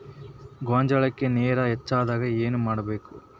ಗೊಂಜಾಳಕ್ಕ ನೇರ ಹೆಚ್ಚಾದಾಗ ಏನ್ ಮಾಡಬೇಕ್?